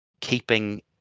keeping